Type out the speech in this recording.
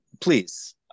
please